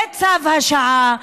זה צו השעה.